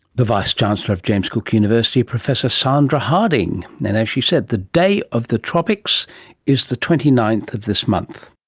the vice chancellor of james cook university professor sandra harding. and as she said, the day of the tropics is the twenty ninth of this month